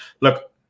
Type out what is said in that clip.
look